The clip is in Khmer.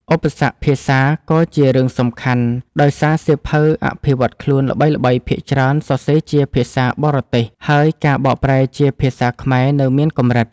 ឧបសគ្គភាសាក៏ជារឿងសំខាន់ ដោយសារសៀវភៅអភិវឌ្ឍខ្លួនល្បីៗភាគច្រើនសរសេរជាភាសាបរទេស ហើយការបកប្រែជាភាសាខ្មែរនៅមានកម្រិត។